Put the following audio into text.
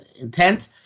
intent